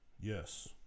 Yes